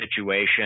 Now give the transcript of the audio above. situation